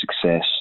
success